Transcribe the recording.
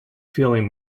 feeling